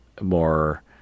more